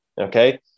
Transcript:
okay